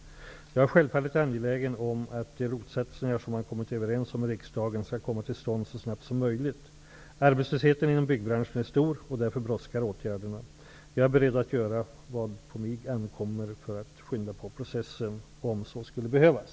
Jag är självfallet angelägen om att de ROT satsningar som man kommit överens om i riksdagen skall komma till stånd så snabbt som möjligt. Arbetslösheten inom byggbranschen är stor och därför brådskar åtgärderna. Jag är beredd att göra vad på mig ankommer för att skynda på processen om så skulle behövas.